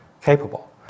capable